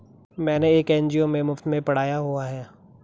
मैंने एक एन.जी.ओ में मुफ़्त में पढ़ाया हुआ है